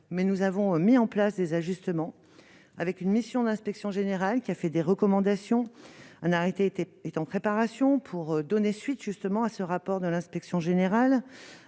mais nous avons mis en place des ajustements avec une mission d'inspection générale qui a fait des recommandations, un arrêté était est en préparation pour donner suite justement à ce rapport de l'Inspection générale,